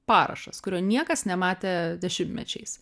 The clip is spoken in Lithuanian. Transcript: parašas kurio niekas nematė dešimtmečiais